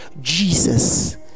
Jesus